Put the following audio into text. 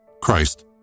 Christ